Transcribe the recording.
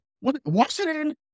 Washington